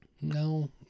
No